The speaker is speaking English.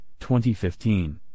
2015